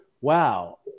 wow